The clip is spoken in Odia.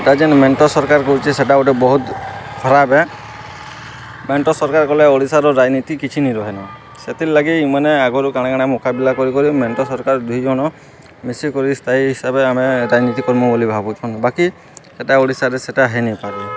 ଏଇଟା ଯେନ୍ ମେଣ୍ଟ ସରକାର କରୁଛି ସେଇଟା ଗୋଟେ ବହୁତ ଖରାପେ ମେଣ୍ଟ ସରକାର କଲେ ଓଡ଼ିଶାର ରାଜନୀତି କିଛିି ନି ରହେ ନ ସେଥିର୍ ଲାଗି ଇ ମାନେ ଆଗରୁ କାଣା କାଣା ମୁକାବିଲା କରି କରି ମେଣ୍ଟ ସରକାର ଦୁଇଜଣ ମିଶିକରି ସ୍ଥାୟୀ ହିସାବେ ଆମେ ରାଜନୀତି କର୍ମୁଁ ବୋଲି ଭାବୁଛନ୍ ବାକି ସେଇଟା ଓଡ଼ିଶାରେ ସେଇଟା ହେଇନିପାର୍ବୋ